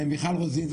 מיכל רוזין.